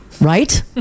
right